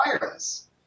Wireless